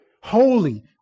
holy